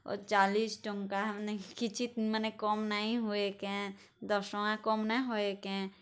ଓ ଚାଲିସ୍ ଟଙ୍କା ମାନେ କିଛି କମ୍ ନାଇଁହୁଏ କେଁ ଦଶ୍ ଟଙ୍କା କମ୍ ନାଇଁହୁଏ କେଁ